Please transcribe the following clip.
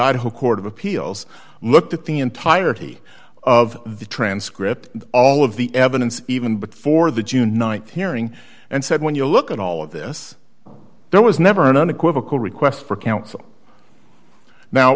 idaho court of appeals looked at the entirety of the transcript all of the evidence even before the june th hearing and said when you look at all of this there was never an unequivocal request for counsel now